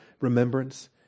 remembrance